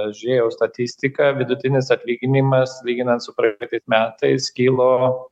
žiūrėjau statistiką vidutinis atlyginimas lyginant su praeitais metais kilo